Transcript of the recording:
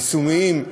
יישומיים.